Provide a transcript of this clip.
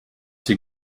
sie